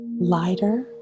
lighter